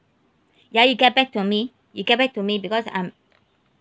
ya you get back to me you get back to me because um